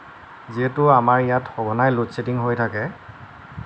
যিহেতু আমাৰ ইয়াত সঘনাই ল'ড ছেডিং হৈ থাকে